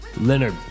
Leonard